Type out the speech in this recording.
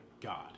god